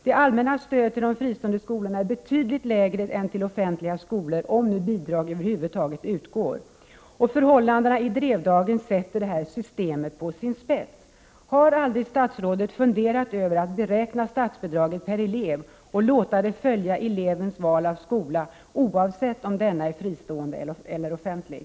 Det allmännas stöd till de fristående skolorna är betydligt lägre än stödet till offentliga skolor — om bidrag över huvud taget utgår. Förhållandena i Drevdagen sätter det här systemet på sin spets. Har statsrådet aldrig funderat över att beräkna statsbidraget per elev och låta det följa elevens val av skola, oavsett om denna skola är fristående eller offentlig?